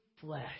flesh